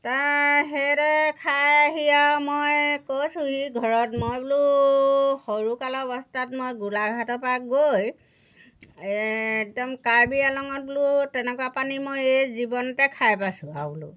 তাত সেইদৰে খাই আহি আৰু মই কৈছোঁহি ঘৰত মই বোলো সৰুকালৰ অৱস্থাত মই গোলাঘাটৰপৰা গৈ একদম কাৰ্বি আলঙত বোলো তেনেকুৱা পানী মই এই জীৱনতে খাই পাইছোঁ আৰু বোলো